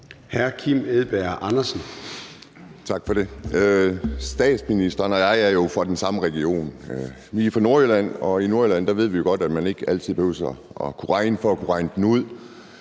00:05 Kim Edberg Andersen (NB): Tak for det. Statsministeren og jeg er jo fra den samme region; vi er fra Nordjylland, og i Nordjylland ved vi jo godt, at man ikke altid behøver at kunne regne for at kunne regne den ud.